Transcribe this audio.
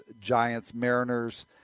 Giants-Mariners